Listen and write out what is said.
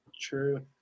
true